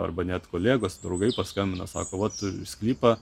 arba net kolegos draugai paskambina sako vat sklypą